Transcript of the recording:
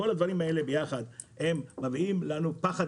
כל הדברים האלה יחד מעוררים בנו פחד